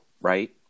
right